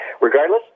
regardless